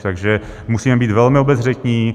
Takže musíme být velmi obezřetní.